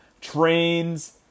trains